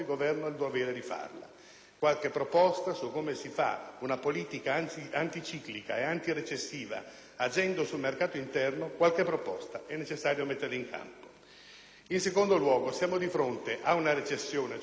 qualche proposta su come si fa una politica anticiclica e antirecessiva, agendo sul mercato interno, è necessario metterla in campo. In secondo luogo, siamo di fronte ad una recessione, cioè ad un calo della domanda,